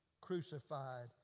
crucified